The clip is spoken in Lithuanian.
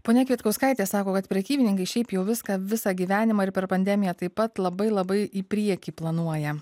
ponia kvietkauskaitė sako kad prekybininkai šiaip jau viską visą gyvenimą ir per pandemiją taip pat labai labai į priekį planuoja